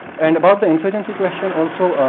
and about the insurgency question also,